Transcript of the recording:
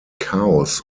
chaos